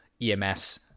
EMS